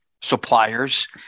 suppliers